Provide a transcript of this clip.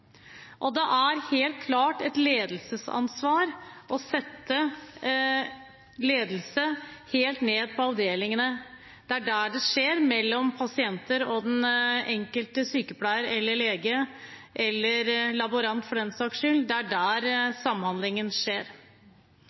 gode. Det er helt klart et ledelsesansvar å sørge for god ledelse helt nede på avdelingsnivå. Det er der samhandlingen skjer, mellom pasienter og den enkelte sykepleier eller lege – eller laborant, for den saks skyld. Vi er